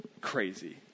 crazy